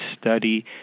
study